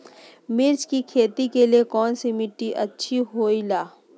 मिर्च की खेती के लिए कौन सी मिट्टी अच्छी होईला?